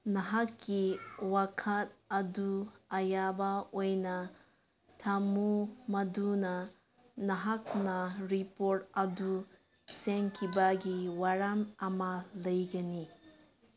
ꯅꯍꯥꯛꯀꯤ ꯋꯥꯀꯠ ꯑꯗꯨ ꯑꯌꯥꯕ ꯑꯣꯏꯅ ꯊꯝꯃꯨ ꯃꯗꯨꯅ ꯅꯍꯥꯛꯅ ꯔꯤꯄꯣꯔꯠ ꯑꯗꯨ ꯁꯦꯝꯈꯤꯕꯒꯤ ꯋꯥꯔꯝ ꯑꯃ ꯂꯩꯒꯅꯤ